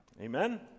Amen